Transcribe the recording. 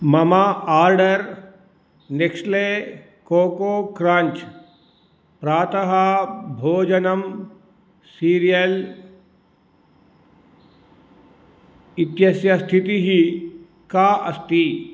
मम order Nestle cocoa crunch प्रातः भोजनं सीरियल् इत्यस्य स्थितिः का अस्ति